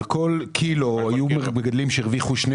על כל קילוגרם היו מגדלים שהרוויחו שני